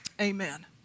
Amen